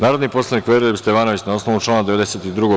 Narodni poslanik Veroljub Stevanović, na osnovu člana 92.